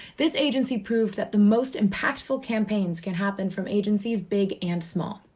this agency proved that the most impactful campaigns can happen from agencies big and small.